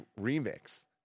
Remix